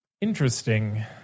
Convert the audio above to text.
Interesting